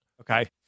Okay